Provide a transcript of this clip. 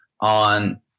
on